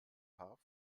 paar